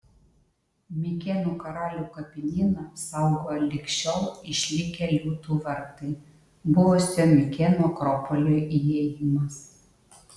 mikėnų karalių kapinyną saugo lig šiol išlikę liūtų vartai buvusio mikėnų akropolio įėjimas